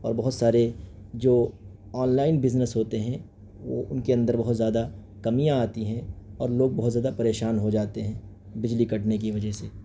اور بہت سارے جو آن لائن بزنس ہوتے ہیں وہ ان کے اندر بہت زیادہ کمیاں آتی ہیں اور لوگ بہت زیادہ پریشان ہو جاتے ہیں بجلی کٹنے کی وجہ سے